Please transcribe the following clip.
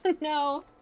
No